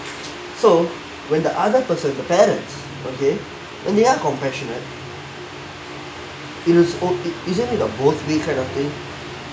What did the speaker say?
so when the other person the parents okay and they are compassionate it is o~ it isn't it a both way kind of thing